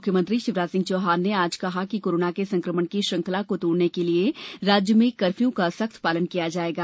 मुख्यमंत्री शिवराज सिंह चौहान ने आज कहा कि कोरोना के संक्रमण की श्रृंखला को तोड़ने के लिए राज्य में कर्षयू का सख्त पालन किया जाएगा